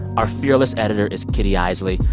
our fearless editor is kitty eisele.